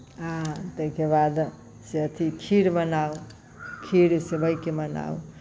ताहिके बादसँ अथि खीर बनाउ खीर सेवइके बनाउ से